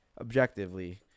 Objectively